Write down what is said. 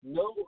no